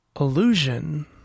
illusion